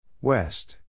West